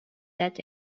set